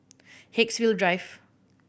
Haigsville Drive